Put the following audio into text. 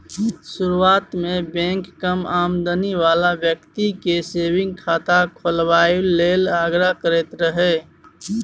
शुरुआत मे बैंक कम आमदनी बला बेकती केँ सेबिंग खाता खोलबाबए लेल आग्रह करैत रहय